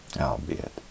albeit